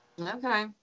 Okay